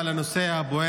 רוצה לדבר על הנושא הבוער,